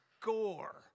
gore